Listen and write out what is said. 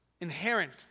inherent